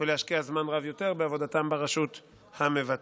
ולהשקיע זמן רב יותר בעבודתם ברשות המבצעת.